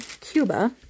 Cuba